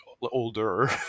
older